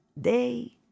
day